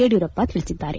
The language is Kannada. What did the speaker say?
ಯಡಿಯೂರಪ್ಪ ತಿಳಿಸಿದ್ದಾರೆ